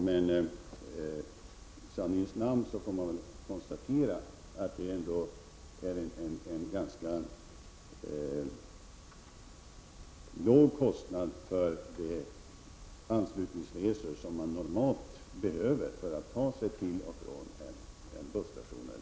Men i sanningens namn måste väl ändå konstateras att det ändå är en låg kostnad för de anslutningsresor som normalt behöver företas för att man skall kunna ta sig till en busstation eller järnvägsstation.